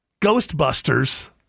Ghostbusters